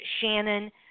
Shannon